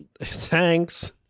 Thanks